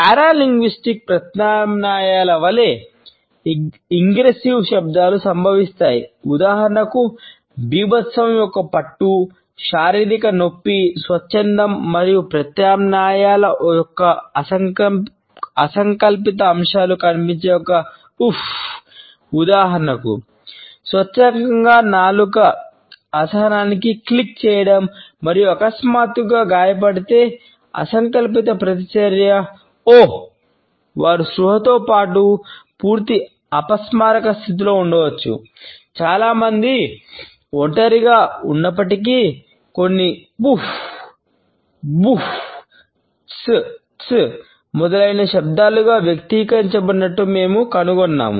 paralinguistic మొదలైనవి శబ్దాలుగా వ్యక్తీకరించబడినట్లు మేము కనుగొన్నాము